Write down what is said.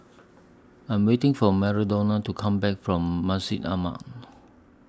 I Am waiting For Madonna to Come Back from Masjid Ahmad